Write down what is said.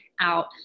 out